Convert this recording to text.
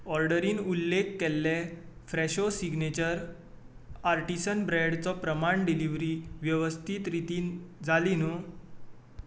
ऑर्डरींन उल्लेख केल्ले Fresho signature artisan ब्रेडचो प्रमाण डिलिव्हरी वेवस्थित रितीन जाली न्हू